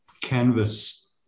canvas